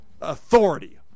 authority